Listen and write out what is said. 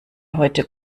heute